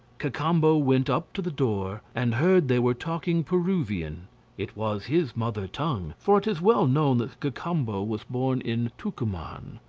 cacambo went up to the door and heard they were talking peruvian it was his mother tongue, for it is well known that cacambo was born in tucuman,